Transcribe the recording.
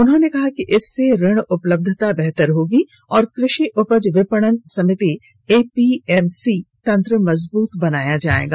उन्होंने कहा कि इससे ऋण उपलब्यता बेहतर होगी और कृषि उपज विपणन समिति एपीएमसी तंत्र मजबूत बनाया जाएगा